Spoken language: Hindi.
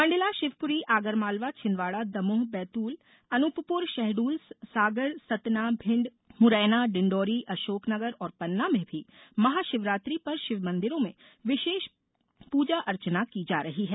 मंडला शिवपुरी आगरमालवा छिन्दवाड़ा दमोह बैतूल अनुपपुर शहडोल सागर सतना भिंड मुरैना डिण्डोरीअशोकनगर और पन्ना में भी महाशिवरात्रि पर शिव मंदिरों में विशेष पूजा अर्चना की जा रही है